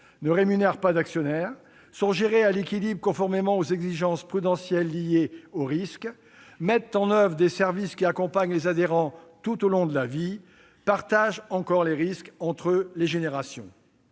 ne rémunèrent pas d'actionnaires, sont gérées à l'équilibre conformément aux exigences prudentielles liées aux risques, mettent en oeuvre des services qui accompagnent les adhérents tout au long de la vie et répartissent les risques entre les générations.